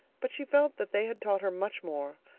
but she felt that they had taught her much more.